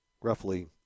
roughly